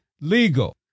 legal